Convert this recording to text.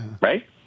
Right